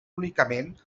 únicament